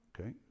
Okay